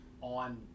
on